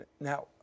Now